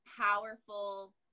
powerful